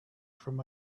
from